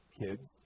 kids